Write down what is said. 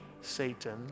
Satan